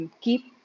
Keep